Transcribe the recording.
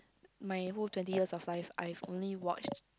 my whole twenty years of life I've only watched